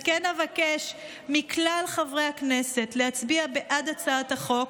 על כן אבקש מכלל חברי הכנסת להצביע בעד הצעת החוק